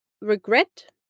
regret